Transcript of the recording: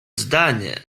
zdanie